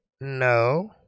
No